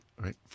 right